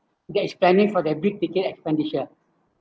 that is planning for their big ticket expenditure